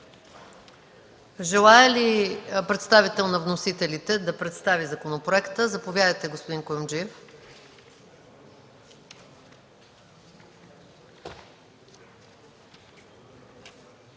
Желае ли представител на вносителите да представи законопроекта? Заповядайте, господин Куюмджиев.